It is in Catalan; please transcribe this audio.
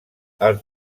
als